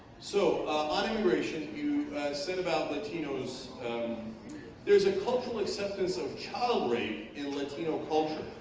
so on immigration you said about latinos there's a cultural acceptance of child rape in latino culture